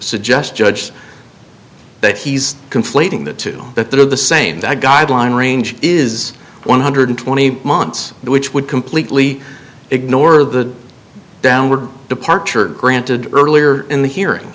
suggest judge that he's conflating the two but they're the same that guideline range is one hundred twenty months which would completely ignore the downward departure granted earlier in the hearing